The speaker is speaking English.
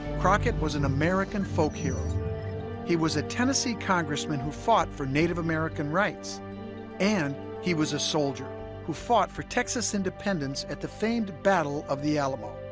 crockett was an american folk hero he was a tennessee congressman who fought for native american rights and he was a soldier who fought for texas independence at the famed battle of the alamo